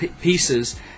pieces